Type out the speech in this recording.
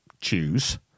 choose